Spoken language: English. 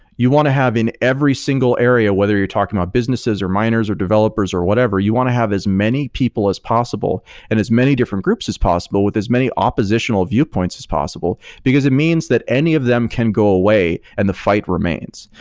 you want to have in every single area, whether you're talking about businesses or miners or developers or whatever. you want to have as many people as possible and as many different groups as possible with as many oppositional viewpoints as possible, because it means that any of them can go away and the fight remains,